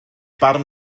barn